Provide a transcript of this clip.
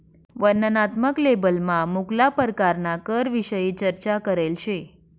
वर्णनात्मक लेबलमा मुक्ला परकारना करविषयी चर्चा करेल शे